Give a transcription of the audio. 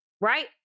right